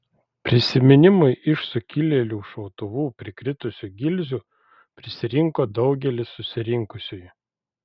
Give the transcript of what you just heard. prisiminimui iš sukilėlių šautuvų prikritusių gilzių prisirinko daugelis susirinkusiųjų